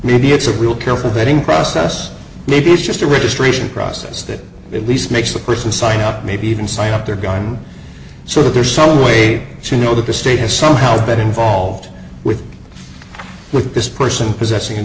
maybe it's a real careful vetting process maybe it's just a registration process that release makes the person sign up maybe even sign up they're gone so they're suddenly to know that the state has somehow been involved with with this person possessing a